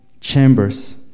Chambers